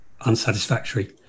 unsatisfactory